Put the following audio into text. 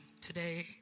today